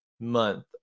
month